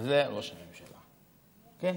וזה ראש הממשלה, כן?